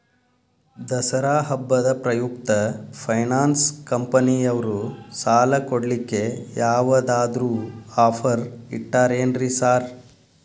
ದಸರಾ ಹಬ್ಬದ ಪ್ರಯುಕ್ತ ಫೈನಾನ್ಸ್ ಕಂಪನಿಯವ್ರು ಸಾಲ ಕೊಡ್ಲಿಕ್ಕೆ ಯಾವದಾದ್ರು ಆಫರ್ ಇಟ್ಟಾರೆನ್ರಿ ಸಾರ್?